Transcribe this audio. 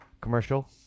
commercial